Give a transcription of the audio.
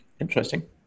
interesting